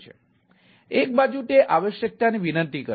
તેથી એક બાજુ તે આવશ્યકતાની વિનંતી કરે છે